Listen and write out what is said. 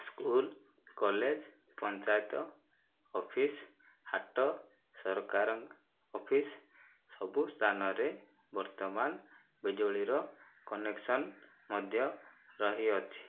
school college panchayat office ହାଟ ସରକାର office ସବୁ ସ୍ଥାନରେ ବର୍ତ୍ତମାନ ବିଜୁଳିର କନେକ୍ସନ ମଧ୍ୟ ରହିଅଛି